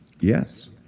Yes